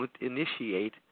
initiate